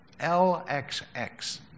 LXX